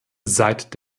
seit